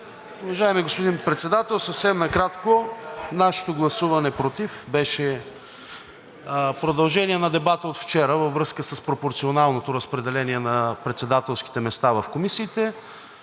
Уважаеми господин Председател, съвсем накратко. Нашето гласуване против беше продължение на дебата от вчера във връзка с пропорционалното разпределение на председателските места в комисиите.